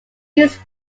used